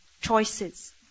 choices